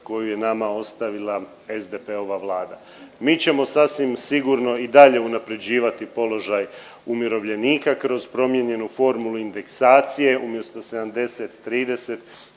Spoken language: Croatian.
koju je nama ostavila SDP-ova vlada. Mi ćemo sasvim sigurno i dalje unaprjeđivati položaj umirovljenika kroz promijenjenu formulu indeksacije. Umjesto 70 30